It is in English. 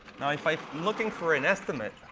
now if i'm looking for an estimate,